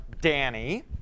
Danny